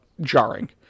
jarring